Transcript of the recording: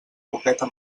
boqueta